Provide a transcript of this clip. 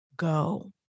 go